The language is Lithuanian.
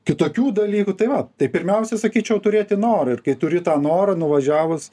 kitokių dalykų tai va tai pirmiausia sakyčiau turėti noro ir kai turi tą norą nuvažiavus